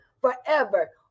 forever